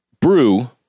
brew